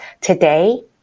Today